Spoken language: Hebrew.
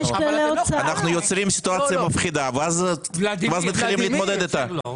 אנחנו יוצרים סיטואציה מפחידה ואז מתחילים להתמודד איתה.